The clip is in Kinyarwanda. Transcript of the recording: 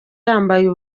yambaye